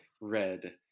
red